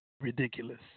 ridiculous